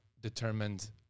determined